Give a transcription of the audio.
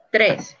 Tres